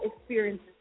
experiences